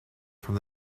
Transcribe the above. from